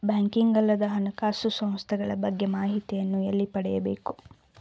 Banking ಅಲ್ಲದ ಹಣಕಾಸು ಸಂಸ್ಥೆಗಳ ಬಗ್ಗೆ ಮಾಹಿತಿಯನ್ನು ಎಲ್ಲಿ ಪಡೆಯಬೇಕು?